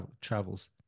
travels